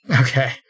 Okay